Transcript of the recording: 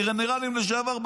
גנרלים לשעבר,